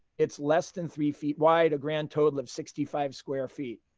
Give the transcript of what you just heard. it's less than three feet wide, a grand total of sixty five square feet.